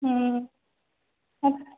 হুম আছে